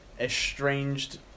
estranged